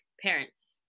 parents